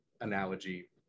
analogy